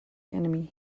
enemy